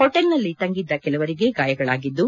ಹೊಟೇಲ್ನಲ್ಲಿ ತಂಗಿದ್ದ ಕೆಲವರಿಗೆ ಗಾಯಗಳಾಗಿದ್ದು